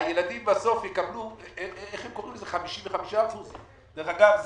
הילדים יקבלו 55%. דרך אגב,